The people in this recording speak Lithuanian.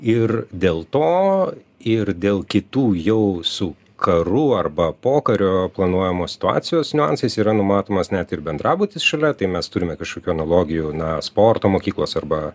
ir dėl to ir dėl kitų jau su karu arba pokario planuojamos situacijos niuansais yra numatomas net ir bendrabutis šalia tai mes turime kažkokių analogijų na sporto mokyklos arba